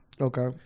Okay